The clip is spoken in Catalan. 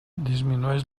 disminueix